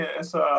essa